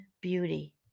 beauty